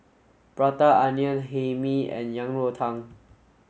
Prata Onion Hae Mee and Yang Rou Tang